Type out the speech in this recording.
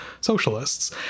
socialists